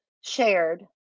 shared